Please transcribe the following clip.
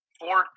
four